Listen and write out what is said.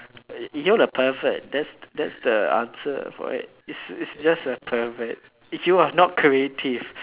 uh you are a pervert that's the that's the answer for it's it's just a pervert if you are not creative